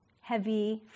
heavy